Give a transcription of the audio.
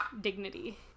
dignity